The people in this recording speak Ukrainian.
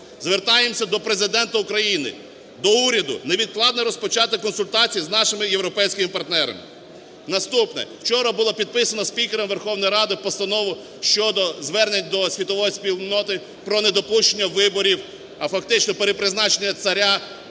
Звертаємося до Президента України, до уряду невідкладно розпочати консультації з нашими європейськими партнерами. Наступне. Вчора було підписано спікером Верховної Ради Постанову щодо звернення до світової спільноти про недопущення виборів, а фактично перепризначення царя